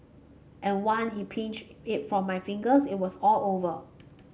and one he'd pinched it from my fingers it was all over